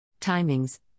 Timings